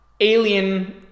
Alien